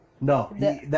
No